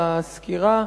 על הסקירה.